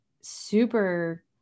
super